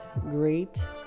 great